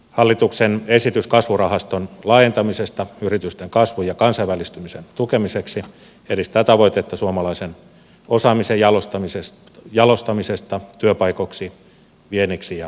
hallituksen esitys kasvurahaston laajentamisesta yritysten kasvun ja kansainvälistymisen tukemiseksi edistää tavoitetta suomalaisen osaamisen jalostamisesta työpaikoiksi vienniksi ja euroiksi